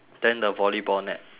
then the volleyball net